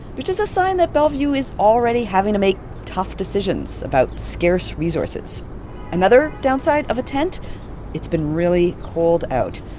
which is a sign that bellevue is already having to make tough decisions about scarce resources another downside of a tent it's been really cold out.